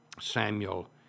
Samuel